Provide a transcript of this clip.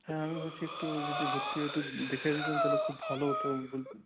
হ্যাঁ আমি ভাবছি একটু যদি ভর্তি দে দেখে দিতেন তাহলে খুব ভালো হত